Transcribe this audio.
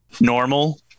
normal